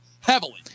heavily